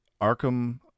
arkham